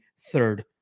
third